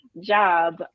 job